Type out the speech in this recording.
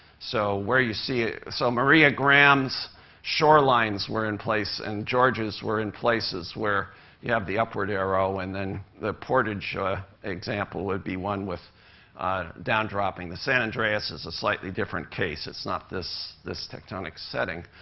so where you see so maria graham's shorelines were in place and george's were in places where you have the upward arrow. and then the portage example would be one with down-dropping. the san andreas is a slightly different case. it's not this this tectonic setting.